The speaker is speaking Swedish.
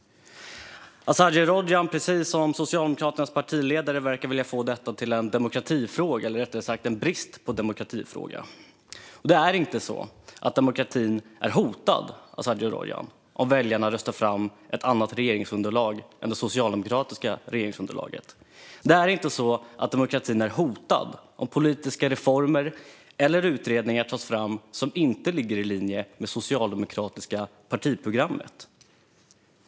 Azadeh Rojhan verkar, precis som Socialdemokraternas partiledare, vilja få detta till en demokratifråga eller rättare sagt en fråga om brist på demokrati. Det är inte så att demokratin är hotad, Azadeh Rojhan, om väljarna röstar fram ett annat regeringsunderlag än det socialdemokratiska regeringsunderlaget. Det är inte så att demokratin är hotad om politiska reformer eller utredningar tas fram som inte ligger i linje med det socialdemokratiska partiprogrammet.